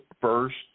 first